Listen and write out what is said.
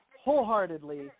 wholeheartedly